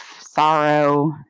sorrow